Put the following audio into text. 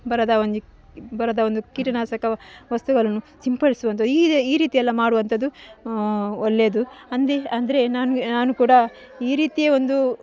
ಬರದ ಒಂಜಿ ಬರದ ಒಂದು ಕೀಟನಾಶಕ ವಸ್ತುಗಳನ್ನು ಸಿಂಪಡಿಸುವಂತದು ಈ ಈ ರೀತಿಯೆಲ್ಲ ಮಾಡುವಂಥದ್ದು ಒಳ್ಳೆಯದು ಅಂದರೆ ಅಂದರೆ ನಾನು ನಾನು ಕೂಡ ಈ ರೀತಿಯ ಒಂದು